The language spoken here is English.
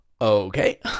Okay